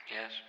yes